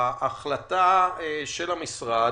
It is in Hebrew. ההחלטה של המשרד,